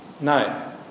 No